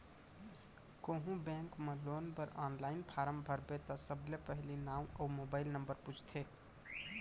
कोहूँ बेंक म लोन बर आनलाइन फारम भरबे त सबले पहिली नांव अउ मोबाइल नंबर पूछथे